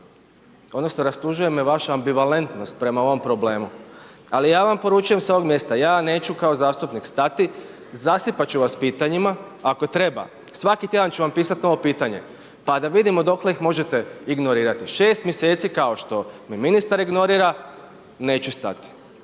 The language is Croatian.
odnosno rastužuje me vaša ambivalentnost prema ovom problemu. Ali ja vam poručujem sa ovog mjesta, ja vam neću kao zastupnik stati, zasipat ću vas pitanjima, ako treba, svaki tjedan ću vam pisati novo pitanje, pa d vidimo dokle ih možete ignorirati. 6 mj. kao što me ministar ignorira, neću stati.